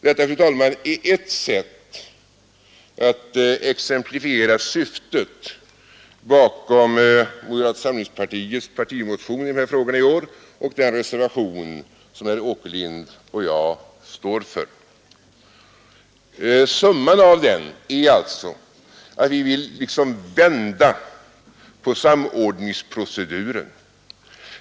Detta, fru talman, är ett sätt att exemplifiera syftet bakom moderata samlingspartiets partimotion i denna fråga i år och den reservation som herr Äkerlind och jag står för. Vi vill med den liksom vända på samordningsproceduren.